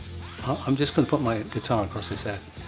i'm just gonna put my guitar across his head.